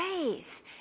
faith